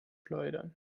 schleudern